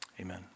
amen